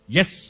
Yes